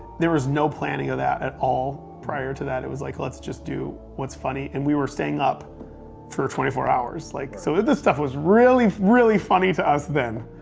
there was no planning of that at all prior to that. it was like, let's just do what's funny. and we were staying up for twenty four hours. like so this stuff was really, really funny to us then.